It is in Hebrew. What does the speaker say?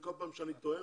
כל פעם שאני טועה,